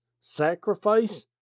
sacrifice